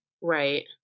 right